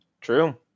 True